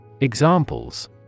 Examples